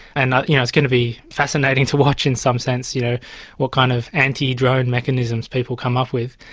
and you know it's going to be fascinating to watch, in some sense, you know what kind of anti-drone mechanisms people come up with.